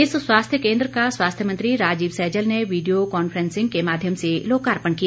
इस स्वास्थ्य केन्द्र का स्वास्थ्य मंत्री राजीव सैजल ने वीडियो कॉन्फ्रेंसिंग के माध्यम से लोकार्पण किया